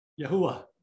Yahuwah